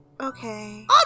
Okay